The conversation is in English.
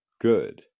Good